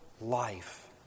life